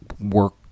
work